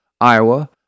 Iowa